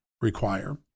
require